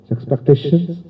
Expectations